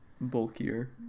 bulkier